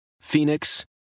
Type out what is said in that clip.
Phoenix